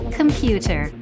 computer